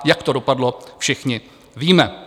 Jak to dopadlo, všichni víme.